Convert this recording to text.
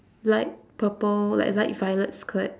light purple like light violet skirt